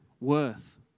worth